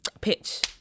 pitch